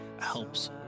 helps